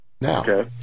Now